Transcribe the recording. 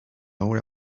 obra